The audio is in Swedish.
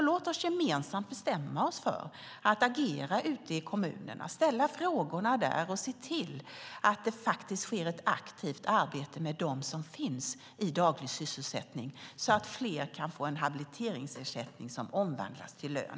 Låt oss gemensamt bestämma oss för att agera ute i kommunerna, ställa frågorna där och se till att det sker ett aktivt arbete med dem som finns i daglig sysselsättning. Så kan fler få en habiliteringsersättning som omvandlas till lön.